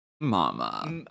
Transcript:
Mama